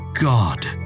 God